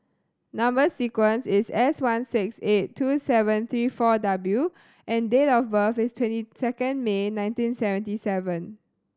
number sequence is S one six eight two seven three four W and date of birth is twenty second May nineteen seventy seven